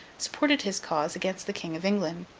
supported his cause against the king of england,